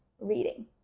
reading